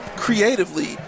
Creatively